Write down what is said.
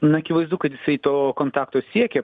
na akivaizdu kad jisai to kontakto siekė